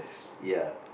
ya